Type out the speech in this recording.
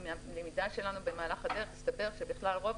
מלמידה שלנו לאורך הדרך הסתבר שבכלל רוב